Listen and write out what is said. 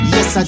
Yes